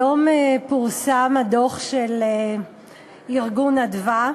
היום פורסם הדוח של ארגון אדוה,